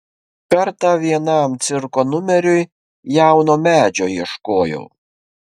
kartą vienam cirko numeriui jauno medžio ieškojau